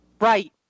Right